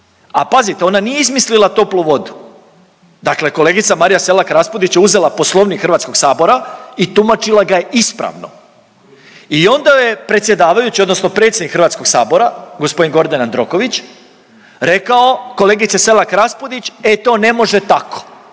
a pazite ona nije izmislila toplu vodu. Dakle, kolegica Marija Selak Raspudić je uzela Poslovnik Hrvatskog sabora i tumačila ga je ispravno. I onda joj je predsjedavajući odnosno predsjednik Hrvatskog sabora, gospodin Gordan Jandroković rekao kolegice Selak Raspudić, e to ne može tako.